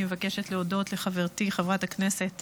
אני מבקשת להודות לחברתי חברת הכנסת